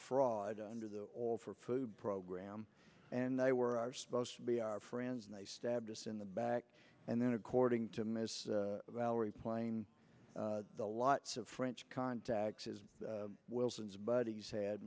fraud under the oil for food program and they were are supposed to be our friends and they stabbed us in the back and then according to miss valerie plame the lots of french contacts as wilson's buddies had